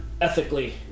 ethically